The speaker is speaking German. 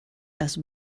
das